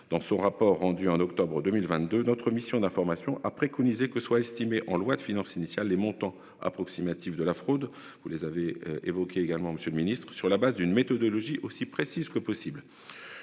Dans son rapport rendu en octobre 2022. Notre mission d'information a préconisé que soit estimé en loi de finances initiale, les montant approximatif de la fraude, vous les avez évoqué également Monsieur le Ministre, sur la base d'une méthodologie aussi précise que possible.